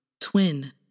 Twin